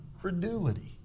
credulity